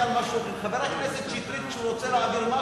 חבר הכנסת שטרית, כשהוא רוצה להעביר משהו,